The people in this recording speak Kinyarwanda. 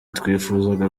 twifuzaga